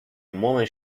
moment